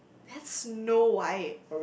that's Snow White